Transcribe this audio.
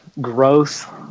growth